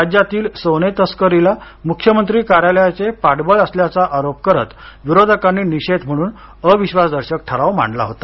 राज्यातील सोने तस्करीला मुख्यमंत्री कार्यालयाचे पाठबळ असल्याचा आरोप करत विरोधकांनी निषेध म्हणून अविश्वासदर्शक ठराव मांडला होता